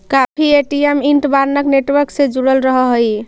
काफी ATM interbank network से जुड़ल रहऽ हई